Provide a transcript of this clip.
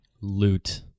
loot